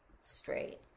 straight